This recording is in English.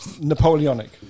Napoleonic